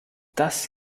das